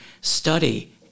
study